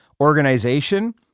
organization